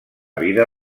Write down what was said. vida